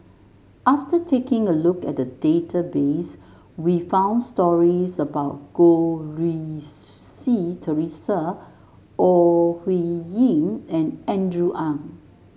after taking a look at the database we found stories about Goh Rui Si Theresa Ore Huiying and Andrew Ang